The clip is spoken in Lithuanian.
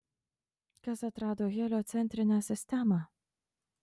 kas atrado heliocentrinę sistemą